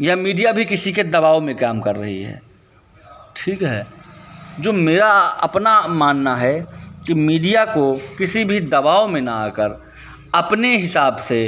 या मीडिया भी किसी के दबाव में काम कर रही है ठीक है जो मेरा अपना मानना है कि मीडिया को किसी भी दबाव में ना आकर अपने हिसाब से